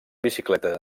bicicleta